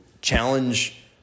challenge